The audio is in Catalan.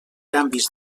canvis